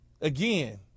Again